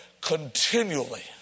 continually